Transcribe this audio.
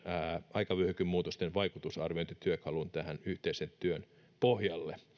aikavyöhykemuutosten vaikutusarviointityökalun tähän yhteisen työn pohjalle